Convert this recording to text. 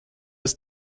das